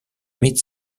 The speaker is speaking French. mid